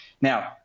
Now